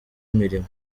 mirimo